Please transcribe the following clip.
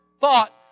thought